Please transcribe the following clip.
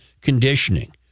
conditioning